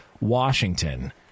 Washington